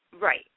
right